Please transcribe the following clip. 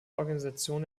organisation